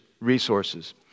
resources